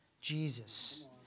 Jesus